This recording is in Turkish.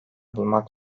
bulmak